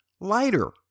lighter